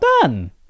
done